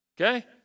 Okay